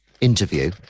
interview